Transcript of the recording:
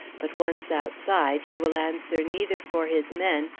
but once outside, he will answer neither for his men,